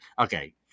Okay